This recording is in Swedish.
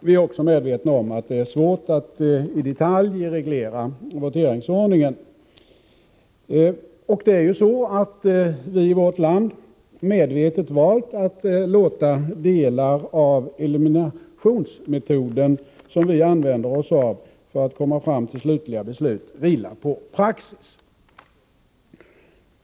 Vi är också medvetna om att det är svårt att i detalj reglera voteringsordningen. Vi har också i vårt land medvetet valt att låta delar av eliminationsmetoden, som vi använder oss av för att komma fram till slutliga beslut, vila på praxis.